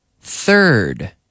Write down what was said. third